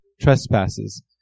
trespasses